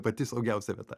pati saugiausia vieta